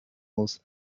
muss